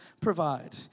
provide